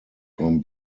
from